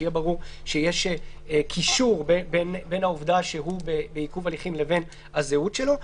שיהיה ברור שיש קישור בין העובדה שהוא בעיכוב הליכים לבין הזהות שלו.